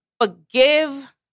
Forgive